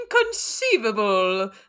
Inconceivable